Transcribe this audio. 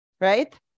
right